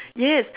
yes